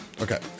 Okay